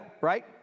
right